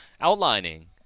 outlining